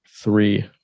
three